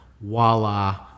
Voila